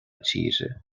tíre